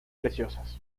preciosas